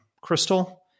crystal